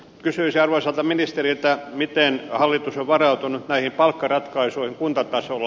kysyisin arvoisalta ministeriltä miten hallitus on varautunut näihin palkkaratkaisuihin kuntatasolla